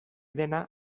dena